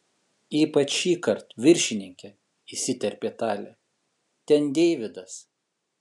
ypač šįkart viršininke įsiterpė talė ten deividas